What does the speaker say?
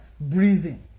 breathing